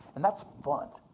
and that's fun,